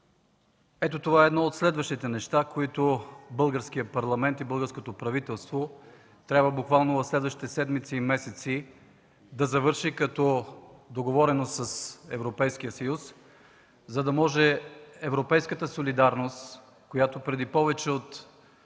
Ето това е едно от следващите неща, които Българският парламент и българското правителство буквално в следващите седмици и месеци трябва да завърши като договореност с Европейския съюз, за да може европейската солидарност, която преди повече от